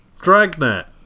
Dragnet